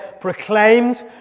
proclaimed